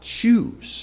choose